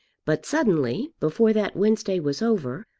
but suddenly, before that wednesday was over,